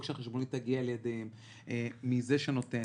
שהחשבונית תגיע לידיהם מזה שנותן,